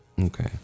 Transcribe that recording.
Okay